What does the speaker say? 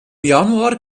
januar